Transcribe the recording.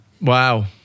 Wow